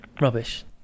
rubbish